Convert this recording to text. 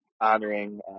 honoring